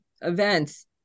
events